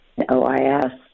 OIS